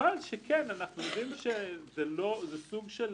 אבל אנחנו יודעים שזה סוג של